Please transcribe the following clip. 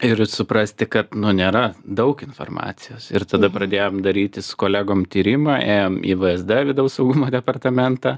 ir suprasti kad nu nėra daug informacijos ir tada pradėjom darytis kolegom tyrimą ėjom į vsd vidaus saugumo departamentą